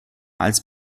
als